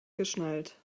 geschnallt